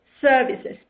services